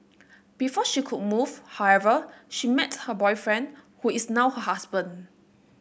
before she could move however she met her boyfriend who is now her husband